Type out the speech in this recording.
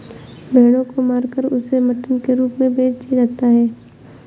भेड़ों को मारकर उसे मटन के रूप में बेच दिया जाता है